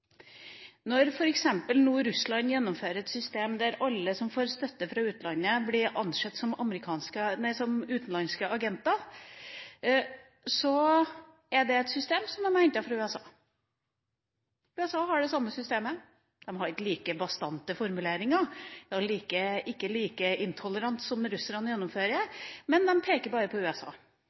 Når f.eks. Russland nå gjennomfører et system der alle som får støtte fra utlandet, blir ansett som utenlandske agenter, er det et system som de har hentet fra USA. USA har det samme systemet. De har ikke like bastante formuleringer, de er ikke like intolerante som russerne i gjennomføringen – de peker bare på USA.